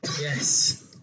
yes